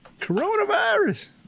Coronavirus